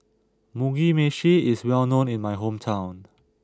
Mugi Meshi is well known in my hometown